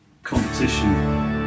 competition